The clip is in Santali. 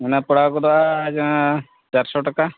ᱚᱱᱟ ᱯᱟᱲᱟᱣ ᱜᱚᱫᱚᱜᱼᱟ ᱡᱟᱦᱟᱸ ᱪᱟᱨᱥᱚ ᱴᱟᱠᱟ